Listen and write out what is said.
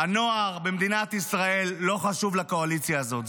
הנוער במדינת ישראל לא חשוב לקואליציה הזאת.